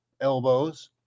elbows